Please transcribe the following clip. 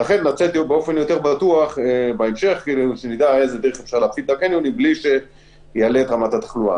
באיזו דרך להפעיל את הקניונים בלי שזה יעלה את רמת התחלואה.